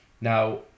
Now